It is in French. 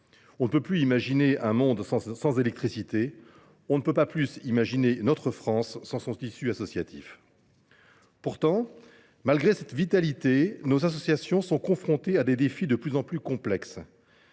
On ne saurait imaginer un monde sans électricité ; on ne saurait pas plus imaginer notre France sans son tissu associatif. Pourtant, malgré cette vitalité, les associations sont confrontées à des défis de plus en plus complexes.